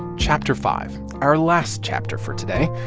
chapter five our last chapter for today.